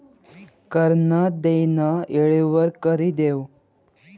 कर नं देनं येळवर करि देवं